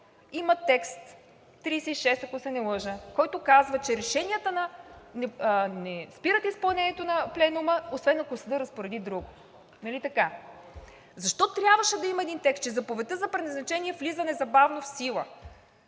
има текст – чл. 36, ако се не лъжа, който казва, че решенията не спират изпълнението на Пленума, освен ако съдът разпореди друго. Нали така? Защо трябваше да има един текст, че заповедта за преназначение влиза незабавно в сила?